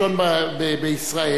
מבישראל.